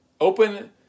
open